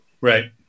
Right